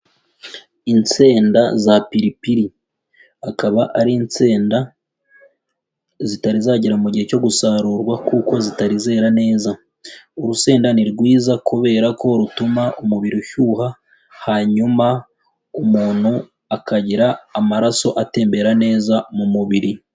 Insenda za piripiri, akaba ari insenda zitari zagera mu gihe cyo gusarurwa, kuko zitari zera neza. Urusenda ni rwiza kubera ko rutuma umubiri ushyuha, hanyuma umuntu akagira amaraso atembera neza mu mubiri.